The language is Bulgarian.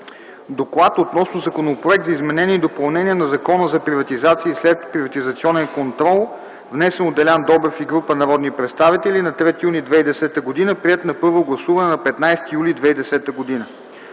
Доклад относно Законопроект за изменение и допълнение на Закона за приватизация и следприватизационен контрол, внесен от Делян Добрев и група народни представители на 3 юни 2010 г., приет на първо гласуване на 15 юли 2010 г.